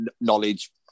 knowledge